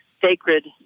sacred